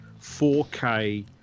4K